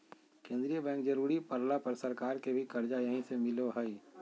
केंद्रीय बैंक जरुरी पड़ला पर सरकार के भी कर्जा यहीं से मिलो हइ